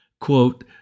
Quote